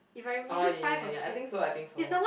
orh ya ya ya I think so I think so